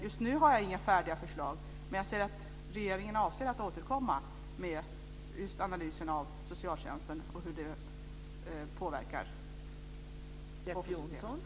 Just nu har jag inga färdiga förslag, men regeringen avser att återkomma med analysen av socialtjänsten och hur det påverkar påföljdssystemet.